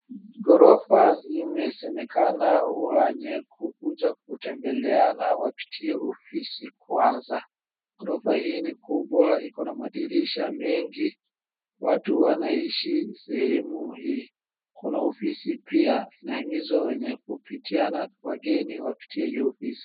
Ghorofa imesemekana wenye kukuja kutembeleana wapitie ofisi kwaza. Ghorofa hii ni kubwa, ikona madirisha mengi. Watu wanaishi sehemu hii, kuna ofisi pia. Inaimizwa wenye kupitiana wageni wapitie hio ofisi.